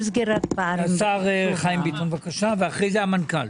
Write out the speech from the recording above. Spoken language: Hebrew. השר חיים ביטון בבקשה ואז המנכ"ל.